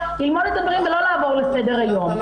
ללמוד את הדברים ולא לעבור לסדר היום.